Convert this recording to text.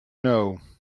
know